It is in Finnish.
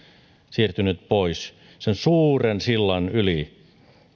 siirtynyt työttömyydestä työelämään sen suuren sillan yli